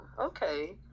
okay